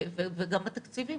וגם בתקציבים,